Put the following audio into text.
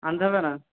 আনতে হবে না